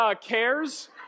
cares